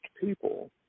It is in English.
people